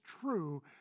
true